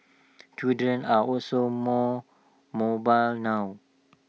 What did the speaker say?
children are also more mobile now